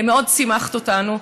מאוד שימחת אותנו.